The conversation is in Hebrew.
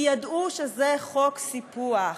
כי ידעו שזה חוק סיפוח,